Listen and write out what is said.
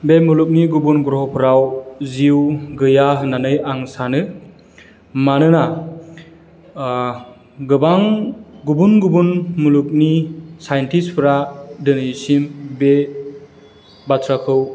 बे मुलुगनि गुबुन ग्रहफोराव जिउ गैया होननानै आं सानो मानोना गोबां गुबुन गुबुन मुलुगनि सायनटिस्टफोरा दिनैसिम बे बाथ्राखौ